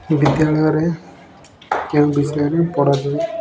ବିଦ୍ୟାଳୟରେ କେଉଁ ବିଷୟରେ ପଢାଯାଏ